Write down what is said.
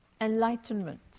enlightenment